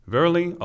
Verily